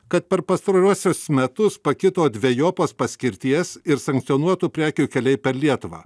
kad per pastaruosius metus pakito dvejopos paskirties ir sankcionuotų prekių keliai per lietuvą